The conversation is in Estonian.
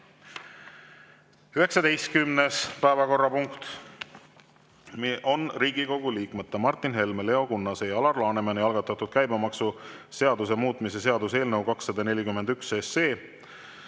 19. päevakorrapunkt on Riigikogu liikmete Martin Helme, Leo Kunnase ja Alar Lanemani algatatud käibemaksuseaduse muutmise seaduse eelnõu 241.